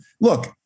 look